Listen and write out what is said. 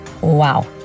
Wow